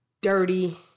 dirty